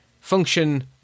function